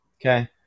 Okay